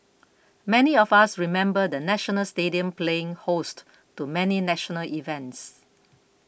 many of us remember the National Stadium playing host to many national events